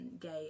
gay